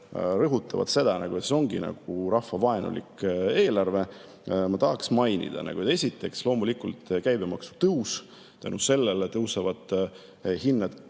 rõhutavad, et see on nagu rahvavaenulik eelarve, ma tahaks mainida. Esiteks, loomulikult käibemaksu tõus. Tänu sellele tõusevad hinnad